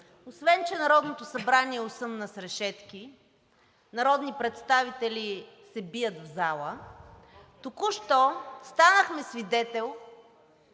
освен че Народното събрание осъмна с решетки, народни представители се бият в зала, току-що станахме свидетели